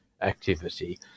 activity